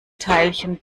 teilchen